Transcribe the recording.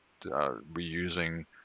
reusing